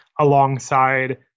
alongside